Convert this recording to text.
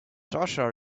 joshua